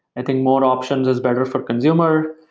i think more options is better for consumer.